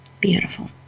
Beautiful